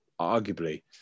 arguably